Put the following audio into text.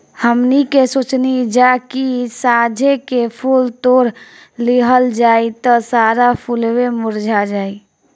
हमनी के सोचनी जा की साझे के फूल तोड़ लिहल जाइ त सारा फुलवे मुरझा जाइ